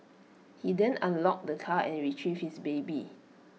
he then unlocked the car and retrieved his baby